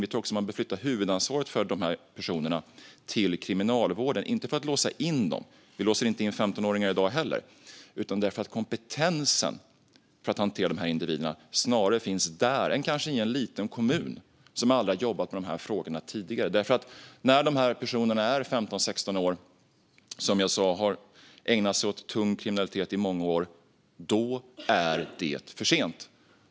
Vi tror också att man bör flytta huvudansvaret för de här personerna till kriminalvården, inte för att låsa in dem - vi låser inte in 15-åringar i dag heller - utan därför att kompetensen för att hantera de här individerna snarare finns där än i en liten kommun som aldrig har jobbat med de här frågorna tidigare. Som jag sa: När de här personerna är 15-16 år och har ägnat sig åt tung kriminalitet i många år är det för sent.